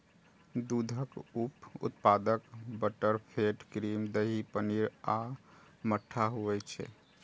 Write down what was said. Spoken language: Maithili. दूधक उप उत्पाद बटरफैट, क्रीम, दही, पनीर आ मट्ठा होइ छै